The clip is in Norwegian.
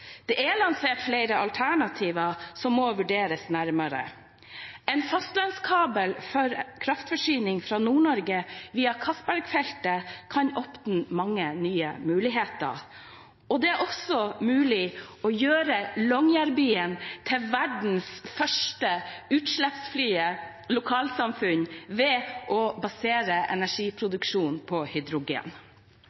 Det er lansert flere alternativer som må vurderes nærmere. En fastlandskabel for kraftforsyning fra Nord-Norge via Castberg-feltet kan åpne mange nye muligheter. Det er også mulig å gjøre Longyearbyen til verdens første utslippsfrie lokalsamfunn ved å basere